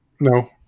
No